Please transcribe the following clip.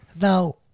Now